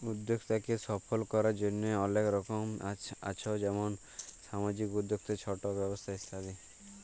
উদ্যক্তাকে সফল করার জন্হে অলেক রকম আছ যেমন সামাজিক উদ্যক্তা, ছট ব্যবসা ইত্যাদি